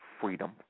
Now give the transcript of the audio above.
freedom